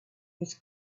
was